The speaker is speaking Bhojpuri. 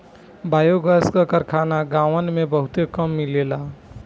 बायोगैस क कारखाना गांवन में बहुते कम मिलेला